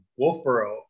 Wolfboro